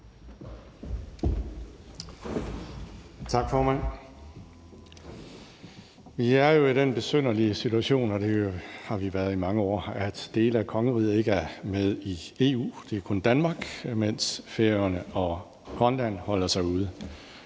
Tak, formand. Vi er jo i den besynderlige situation – og det har vi været i mange år – at dele af kongeriget ikke er med i EU. Det er kun Danmark, der er det, mens Færøerne og Grønland holder sig ude.